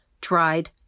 dried